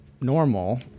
normal